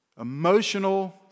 emotional